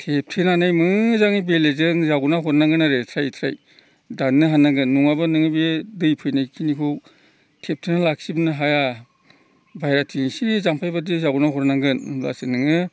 थेबथेनानै मोजाङै बेलेगजों जावना हरनांगोन आरो थ्राय थ्राय दाननो हानांगोन नङाब्ला नोङो बे दै फैनायखिनिखौ थेबथेना लाखिजोबनो हाया बायह्राथिं एसे जाम्फैबायदि जावना हरनांगोन होमब्लासो नोङो